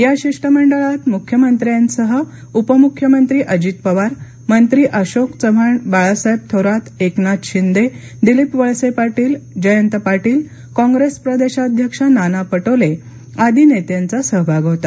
या शिष्टमंडळात मुख्यमंत्र्यांसह उपमुख्यमंत्री अजित पवार मंत्री अशोक चव्हाण बाळासाहेब थोरात एकनाथ शिंदे दिलीप वळसे पाटील जयंत पाटील काँग्रेस प्रदेशाध्यक्ष नाना पटोले आदी नेत्यांचा सहभाग होता